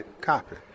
copy